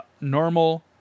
normal